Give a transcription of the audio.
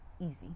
easy